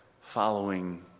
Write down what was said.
following